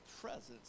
presence